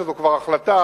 שזו כבר החלטה,